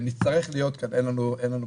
ונצטרך להיות כאן, אין לנו ברירה.